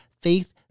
Faith